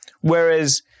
Whereas